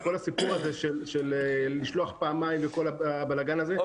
את כל הסיפור הזה של לשלוח פעמיים וכל הבלגאן הזה,